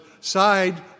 side